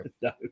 no